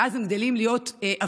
ואז הם גדלים להיות עבריינים,